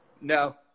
No